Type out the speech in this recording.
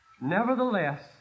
nevertheless